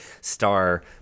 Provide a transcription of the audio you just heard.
star